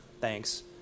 thanks